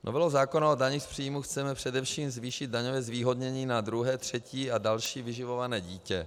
Novelou zákona o daních z příjmů chceme především zvýšit daňové zvýhodnění na druhé, třetí a další vyživované dítě.